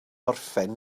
orffen